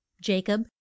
Jacob